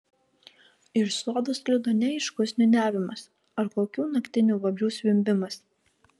iš sodo sklido neaiškus niūniavimas ar kokių naktinių vabzdžių zvimbimas